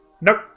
Nope